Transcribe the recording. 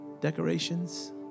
decorations